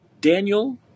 Daniel